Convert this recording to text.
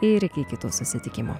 ir iki kitų susitikimų